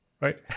right